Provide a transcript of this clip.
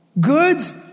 Goods